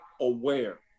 aware